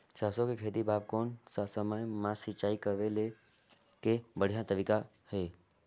सरसो के खेती बार कोन सा समय मां सिंचाई करे के बढ़िया तारीक हे?